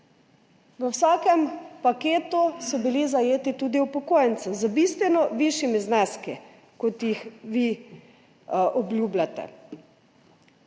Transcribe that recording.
v vsakem paketu so bili zajeti tudi upokojenci z bistveno višjimi zneski, kot jih vi obljubljate.